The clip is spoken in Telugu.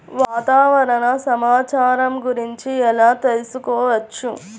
వాతావరణ సమాచారం గురించి ఎలా తెలుసుకోవచ్చు?